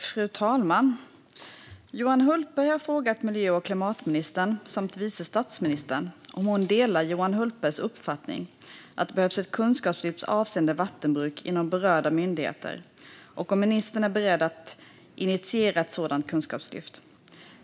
Fru talman! Johan Hultberg har frågat miljö och klimatministern samt vice statsministern om hon delar Johan Hultbergs uppfattning att det behövs ett kunskapslyft avseende vattenbruk inom berörda myndigheter och om ministern är beredd att initiera ett sådant kunskapslyft.